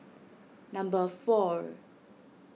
number four